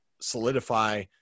solidify